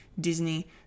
Disney